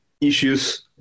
issues